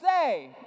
say